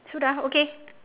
sudah okay